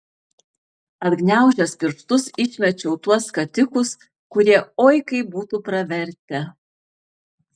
atgniaužęs pirštus išmečiau tuos skatikus kurie oi kaip būtų pravertę